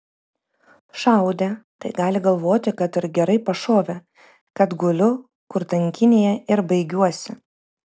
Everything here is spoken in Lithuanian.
šaudė tai gali galvoti kad ir gerai pašovė kad guliu kur tankynėje ir baigiuosi